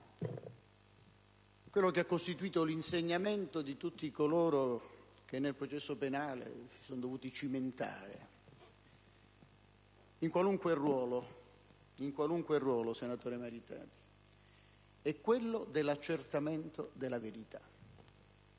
quello che ha costituito l'insegnamento di tutti coloro che nel processo penale si sono dovuti cimentare, in qualunque ruolo, senatore Maritati, è quello dell'accertamento della verità.